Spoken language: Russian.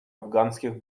афганских